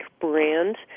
brand